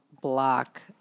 block